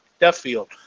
Duffield